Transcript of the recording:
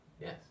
Yes